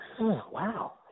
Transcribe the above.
wow